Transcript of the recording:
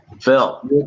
Phil